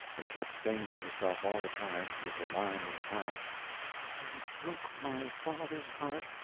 and kept saying to herself all the time, with her mind in the past he broke my father's heart,